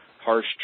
harsh